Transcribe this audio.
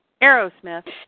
Aerosmith